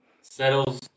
settles